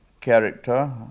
character